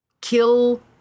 kill